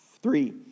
Three